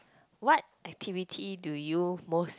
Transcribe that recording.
what activity do you most